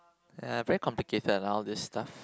eh very complicated lah all this stuff